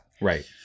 Right